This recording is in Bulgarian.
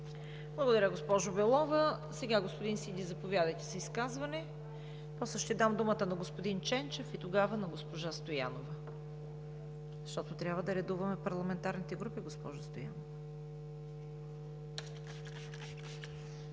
Благодаря, госпожо Белова. Господин Сиди, заповядайте за изказване. После ще дам думата на господин Ченчев и тогава на госпожа Стоянова, защото трябва да редуваме парламентарните групи. АЛЕКСАНДЪР